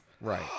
Right